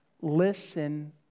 Listen